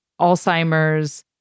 Alzheimer's